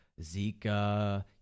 Zika